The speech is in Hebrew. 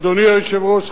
אדוני היושב-ראש,